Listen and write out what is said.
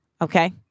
okay